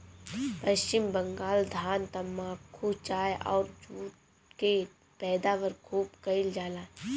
पश्चिम बंगाल धान, तम्बाकू, चाय अउरी जुट के पैदावार खूब कईल जाला